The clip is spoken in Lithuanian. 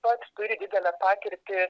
pats turi didelę patirtį